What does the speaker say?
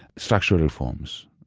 structural reforms.